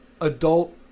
adult